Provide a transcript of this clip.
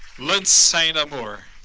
lynn st. amour.